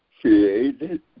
Created